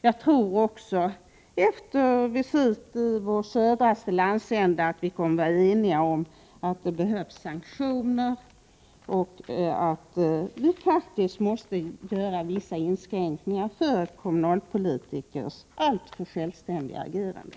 Jag tror också — efter civilministerns visit i vår södraste landsända — att vi kommer att vara eniga om att det behövs sanktioner och att vi faktiskt måste göra vissa inskränkningar i kommunalpolitikers alltför självständiga agerande.